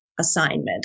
assignment